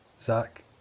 Zach